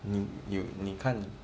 你有你看